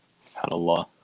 Subhanallah